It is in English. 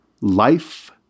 life